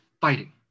fighting